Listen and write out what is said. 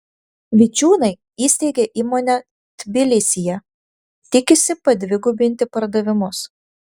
vičiūnai įsteigė įmonę tbilisyje tikisi padvigubinti pardavimus